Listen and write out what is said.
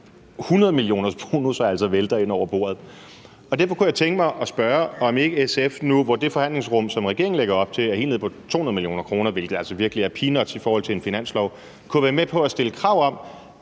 millioner kroner altså vælter ind over bordet. Derfor kunne jeg tænke mig at spørge, om ikke SF nu, hvor det forhandlingsrum, som regeringen lægger op til, er helt nede på 200 mio. kr., hvilket altså virkelig er peanuts i forhold til en finanslov, kunne være med på at stille krav om,